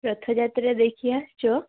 ରଥ ଯାତ୍ରା ଦେଖି ଆସିଛ